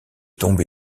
tombé